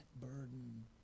burden